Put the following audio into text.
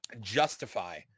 justify